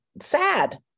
sad